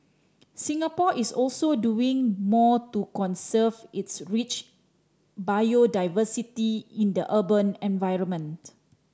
Singapore is also doing more to conserve its rich biodiversity in the urban environment